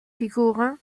figurent